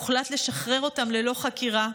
הוחלט לשחרר אותם ללא חקירה,